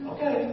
Okay